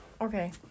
Okay